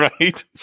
right